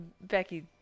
Becky